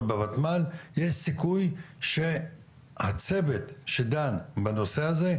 בוותמ"ל יש סיכוי שהצוות אשר דן בנושא הזה,